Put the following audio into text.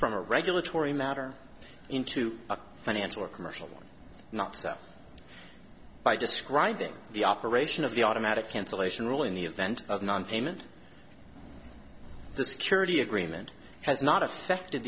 from a regulatory matter into a financial or commercial not so by describing the operation of the automatic cancellation rule in the event of nonpayment the security agreement has not affected